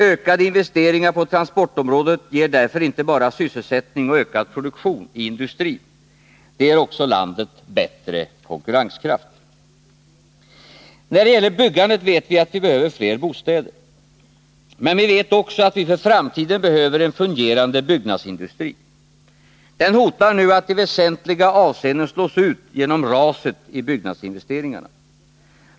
Ökade investeringar på transportområdet ger därför inte bara sysselsättning och ökad produktion i industrin. Det ger också landet bättre konkurrenskraft. När det gäller byggandet vet vi att vi behöver fler bostäder. Men vi vet också att vi för framtiden behöver en fungerande byggnadsindustri. Den hotar nu att i väsentliga avseenden slås ut genom raset i byggnadsinvesteringarna.